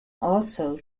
also